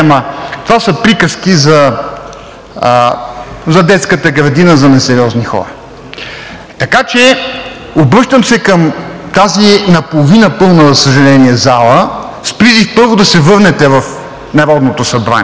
това са приказки за детската градина, за несериозни хора. Така че обръщам се към тази наполовина пълна, за съжаление, зала с призив, първо, да се върнете в Народното събрание